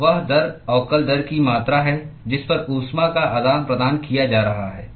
तो वह दर अवकल दर की मात्रा है जिस पर ऊष्मा का आदान प्रदान किया जा रहा है